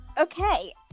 Okay